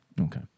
Okay